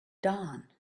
dawn